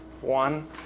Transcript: one